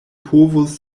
povus